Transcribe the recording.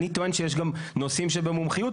אני טוען שיש גם נושאים שבמומחיות,